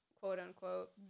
quote-unquote